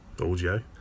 audio